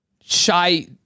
shy